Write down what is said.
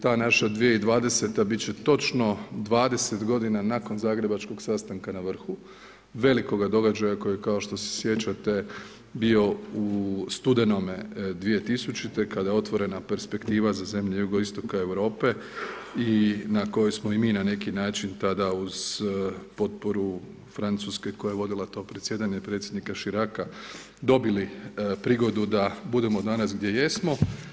Ta naša 2020. bit će točno 20 godina nakon Zagrebačkog sastanka na vrhu, velikoga događaja koji kao što se sjećate je bio u studenome 2000. kada je otvorena perspektiva za zemlje Jugoistoka Europe i na kojoj smo i mi na neki način tada uz potporu Francuske koja je vodila to predsjedanje i predsjednika Chiraca dobili prigodu da budemo danas gdje jesmo.